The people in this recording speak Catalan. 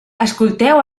escolteu